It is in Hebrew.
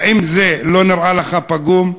האם זה לא נראה לך פגום?